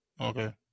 Okay